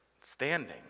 standing